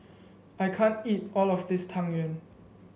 I can't eat all of this Tang Yuen